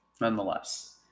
Nonetheless